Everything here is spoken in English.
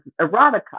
erotica